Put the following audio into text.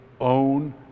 own